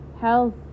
health